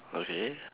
okay